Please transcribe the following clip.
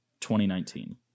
2019